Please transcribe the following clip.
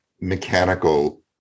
mechanical